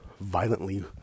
violently